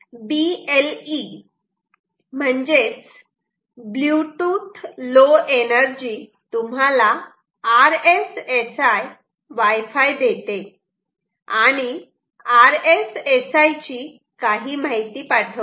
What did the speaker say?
BLE म्हणजेच bluetooth low energy तुम्हाला RSSI wifi देते आणि RSSI ची काही माहिती पाठवते